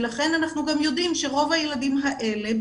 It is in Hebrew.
לכן אנחנו גם יודעים שאצל רוב הילדים האלה,